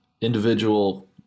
individual